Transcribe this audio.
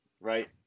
right